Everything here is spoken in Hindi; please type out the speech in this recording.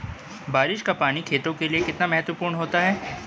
बारिश का पानी खेतों के लिये कितना महत्वपूर्ण होता है?